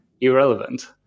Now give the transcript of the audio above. irrelevant